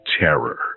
Terror